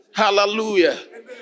Hallelujah